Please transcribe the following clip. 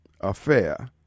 affair